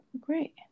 Great